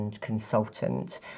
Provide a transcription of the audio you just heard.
Consultant